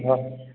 ஆ